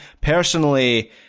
personally